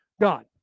God